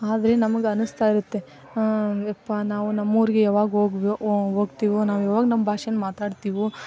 ಆದರೆ ನಮಗೆ ಅನ್ನಿಸ್ತಾ ಇರುತ್ತೆ ಯಪ್ಪ ನಾವು ನಮ್ಮೂರಿಗೆ ಯಾವಾಗ ಹೋಗ್ ಹೋಗ್ತೀವೋ ನಾವು ಯಾವಾಗ ನಮ್ಮ ಭಾಷೇನ್ನ ಮಾತಾಡ್ತೀವೋ